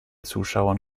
zuschauern